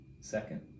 second